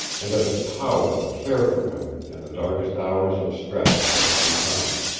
and of its power to care for him in the darkest hours of stress that might come.